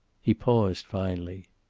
he paused, finally.